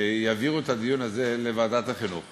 שיעבירו את הדיון הזה לוועדת החינוך,